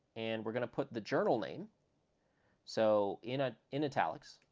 and we're going to put the journal name so in ah in italics,